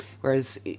whereas